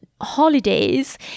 holidays